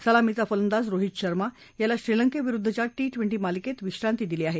सलामीचा फलंदाज रोहित शर्मा याला श्रीलंकेविरुद्धच्या टी ट्वेंटी मालिकेत विश्रांती दिली आहे